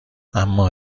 اما